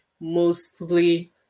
mostly